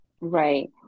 Right